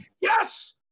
yes